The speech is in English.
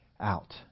out